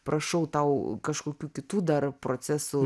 prašau tau kažkokių kitų dar procesų